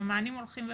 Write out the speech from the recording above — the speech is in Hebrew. המענים הולכים ופוחתים.